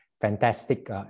fantastic